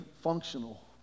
functional